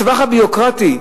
הסבך הביורוקרטי.